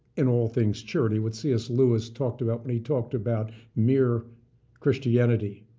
in all things charity. what cs lewis talked about when he talked about mere christianity.